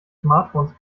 smartphones